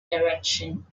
direction